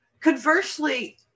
Conversely